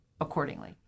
accordingly